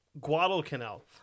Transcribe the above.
Guadalcanal